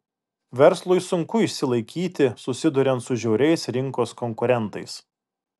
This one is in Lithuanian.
verslui sunku išsilaikyti susiduriant su žiauriais rinkos konkurentais